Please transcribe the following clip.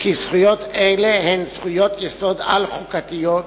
שזכויות אלו הן זכויות-יסוד על-חוקתיות,